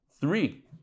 Three